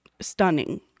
stunning